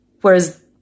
Whereas